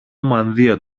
μανδύα